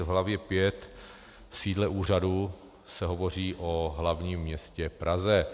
V hlavě 5, v sídle úřadu, se hovoří o hlavním městě Praze.